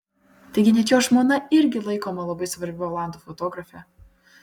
taigi net jo žmona irgi laikoma labai svarbia olandų fotografe